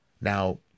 Now